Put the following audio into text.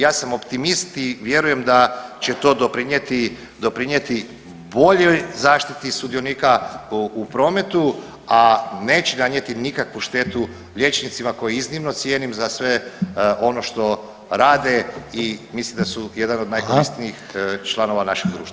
Ja sam optimist i vjerujem da će to doprinijeti, doprinijeti boljoj zaštiti sudionika u prometu, a neće nanijeti nikakvu štetu liječnicima koje iznimno cijenim za sve ono što rade i mislim da su jedan od najkorisnijih [[Upadica Reiner: Hvala.]] članova našeg društva.